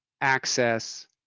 access